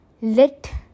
let